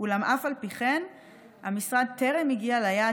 אולם אף על פי כן המשרד טרם הגיע ליעד